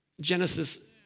Genesis